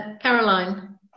Caroline